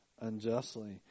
unjustly